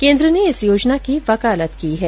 केन्द्र ने इस योजना की वकालत की है